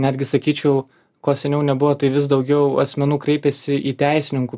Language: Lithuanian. netgi sakyčiau ko seniau nebuvo tai vis daugiau asmenų kreipiasi į teisininkų